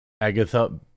Agatha